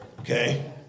okay